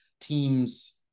teams